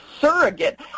surrogate